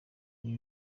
ibi